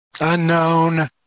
unknown